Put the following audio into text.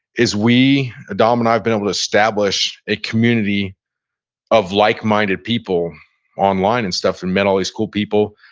is we, adam and um and i, have been able to establish a community of like-minded people online and stuff and met all these cool people,